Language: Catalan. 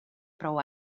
prou